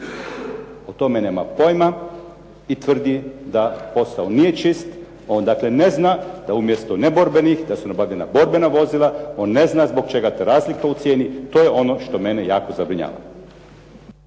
o tome nema pojma i tvrdi da posao nije čist. On dakle ne zna da umjesto neborbenih da su nabavljena borbena vozila. On ne zna zbog čega je ta razlika u cijeni. To je ono što mene jako zabrinjava.